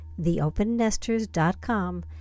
theopennesters.com